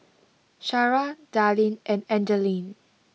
Shara Dallin and Angeline